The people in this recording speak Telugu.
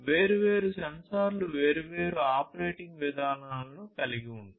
వేర్వేరు సెన్సార్లు వేర్వేరు ఆపరేటింగ్ విధానాలను కలిగి ఉంటాయి